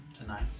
tonight